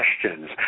questions